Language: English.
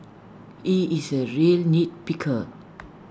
he is A real nitpicker